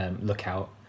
lookout